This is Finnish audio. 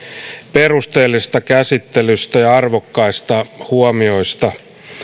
perusteellisesta käsittelystä ja ja arvokkaista huomioista